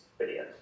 videos